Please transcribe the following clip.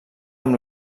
amb